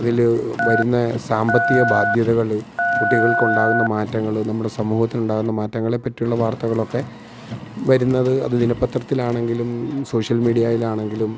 അതില് വരുന്ന സാമ്പത്തിക ബാധ്യതകള് കുട്ടികൾക്കുണ്ടാകുന്ന മാറ്റങ്ങള് നമ്മുടെ സമൂഹത്തിലുണ്ടാവുന്ന മാറ്റങ്ങളെ പറ്റിയുള്ള വാർത്തകളൊക്കെ വരുന്നത് അത് ദിനപത്രത്തിലാണെങ്കിലും സോഷ്യൽ മീഡിയായിലാണെങ്കിലും